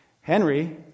Henry